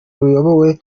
ruyobowe